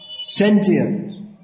sentient